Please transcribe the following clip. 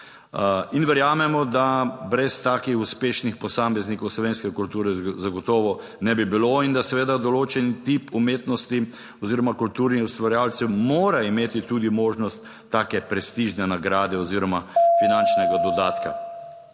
in verjamemo, da brez takih uspešnih posameznikov slovenske kulture zagotovo ne bi bilo, in da seveda določen tip umetnosti oziroma kulturnih ustvarjalcev mora imeti tudi možnost take prestižne nagrade oziroma finančnega dodatka.